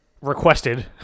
requested